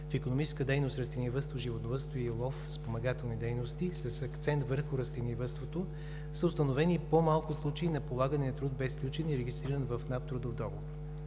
в икономическа дейност растениевъдство, животновъдство и лов и спомагателни дейности с акцент върху растениевъдството, са установени по-малко случаи на полагане на труд без сключен и регистриран в НАП трудов